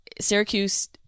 Syracuse